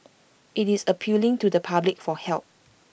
IT is appealing to the public for help